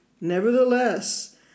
Nevertheless